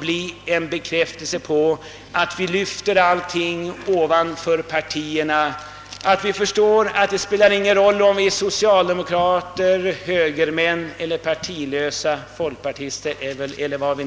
bli en bekräftelse på att vi lyfter u-hjälpen ovanför partierna, att vi förstår att det i fortsättningen inte spelar någon roll om vi är socialdemokrater, högermän, folkpartister, partilösa eller något annat!